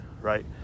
right